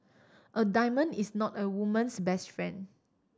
a diamond is not a woman's best friend